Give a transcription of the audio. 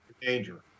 danger